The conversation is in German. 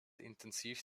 intensiv